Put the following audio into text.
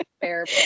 Fair